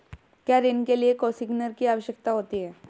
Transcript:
क्या ऋण के लिए कोसिग्नर की आवश्यकता होती है?